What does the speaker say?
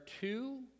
two